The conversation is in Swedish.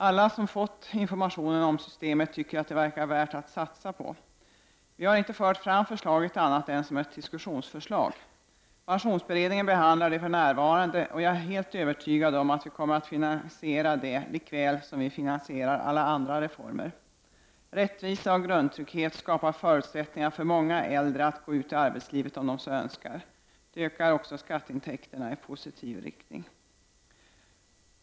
Alla som fått information om systemet tycker att det verkar värt att satsa på. Vi har inte fört fram förslaget annat än som ett diskussionsförslag. Pensionsberedningen behandlar det för närvarande, och jag är helt övertygad om att vi kommer att finansiera det lika väl som vi finansierar alla andra reformer. Rättvisa och grundtrygghet skapar förutsättningar för många äldre att gå ut i arbetslivet om de så önskar. Det ökar också skatteintäkterna i positiv riktning.